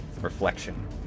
Reflection